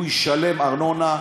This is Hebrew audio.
הוא ישלם ארנונה,